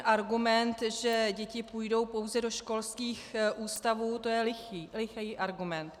Argument, že děti půjdou pouze do školských ústavů, to je lichý argument.